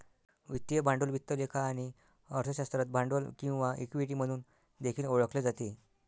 वित्तीय भांडवल वित्त लेखा आणि अर्थशास्त्रात भांडवल किंवा इक्विटी म्हणून देखील ओळखले जाते